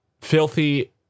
filthy